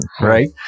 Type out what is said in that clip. right